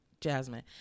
Jasmine